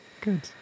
Good